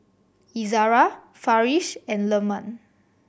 Izara Farish and Leman